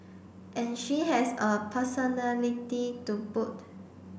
and she has a personality to boot